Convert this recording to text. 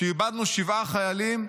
שאיבדנו שבעה חיילים,